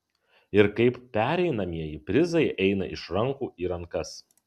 ir kaip pereinamieji prizai eina iš rankų į rankas